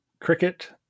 cricket